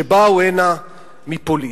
שבאו הנה מפולין,